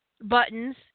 buttons